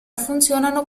funzionano